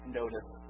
notice